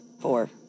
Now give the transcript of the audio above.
four